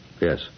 Yes